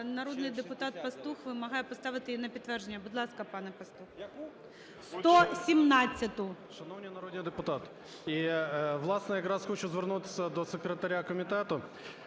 Народний депутат Пастух вимагає поставити її підтвердження. Будь ласка, пане Пастух. 117-у. 11:46:57 ПАСТУХ Т.Т. Шановні народні депутати! Власне, якраз хочу звернутися до секретаря комітету.